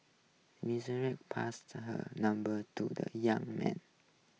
Melissa passed her number to the young man